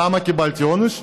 למה קיבלתי עונש?